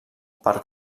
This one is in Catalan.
per